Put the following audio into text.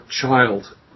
child